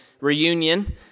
reunion